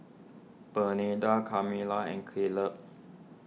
Bernardine Kamilah and Caleb